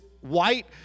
white